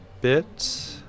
bit